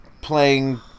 playing